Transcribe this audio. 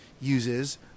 uses